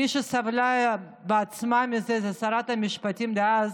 מי שסבלה בעצמה מזה זו שרת המשפטים דאז,